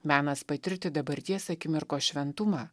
menas patirti dabarties akimirkos šventumą